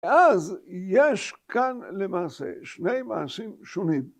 אז יש כאן למעשה שני מעשים שונים.